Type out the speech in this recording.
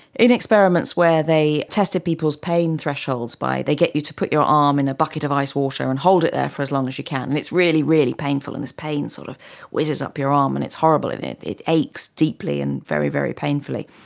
in experiments where they tested people's pain thresholds by they get you to put your arm in a bucket of iced water and hold it there for as long as you can and it's really, really painful and this pain sort of whizzes up your arm and it's horrible and it it aches deeply and very, very painfully.